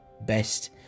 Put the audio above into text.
best